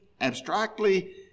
abstractly